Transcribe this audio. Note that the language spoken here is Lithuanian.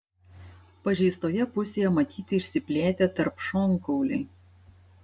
pažeistoje pusėje matyti išsiplėtę tarpšonkauliai